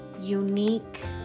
unique